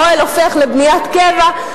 האוהל הופך לבניית קבע,